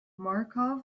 markov